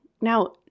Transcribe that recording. Now